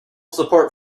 support